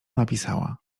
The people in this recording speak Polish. napisała